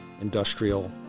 industrial